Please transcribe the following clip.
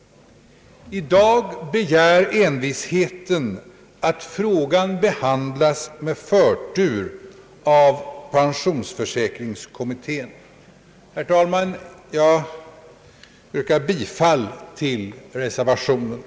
I dag begär envisheten att frågan behandlas med förtur av pensionsförsäkringskommittén. Herr talman! Jag yrkar bifall till reservationen.